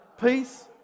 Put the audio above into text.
Peace